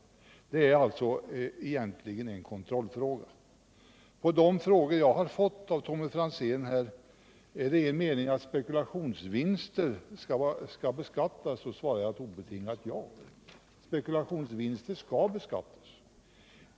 Det är alltså egentligen en kontrollfråga. Tommy Franzén frågade: Är det er mening att spekulationsvinster skall beskattas? På den frågan svarar jag ett obetingat ja. Spekulationsvinster skall beskattas.